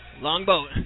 Longboat